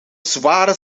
zware